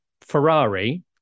Ferrari